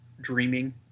dreaming